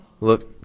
Look